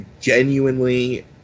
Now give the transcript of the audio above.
genuinely